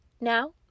Now